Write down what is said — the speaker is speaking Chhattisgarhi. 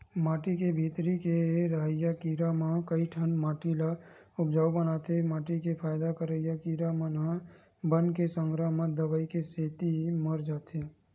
माटी के भीतरी के रहइया कीरा म कइठन माटी ल उपजउ बनाथे माटी के फायदा करइया कीरा मन ह बन के संघरा म दवई के सेती मर जाथे